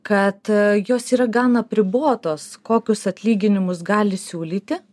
kad jos yra gan apribotos kokius atlyginimus gali siūlyti